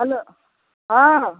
hello हँ हँ